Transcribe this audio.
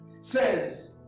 Says